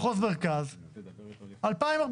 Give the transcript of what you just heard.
מחוז מרכז, 2049,